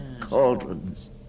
Cauldrons